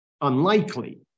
unlikely